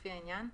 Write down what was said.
לפי העניין,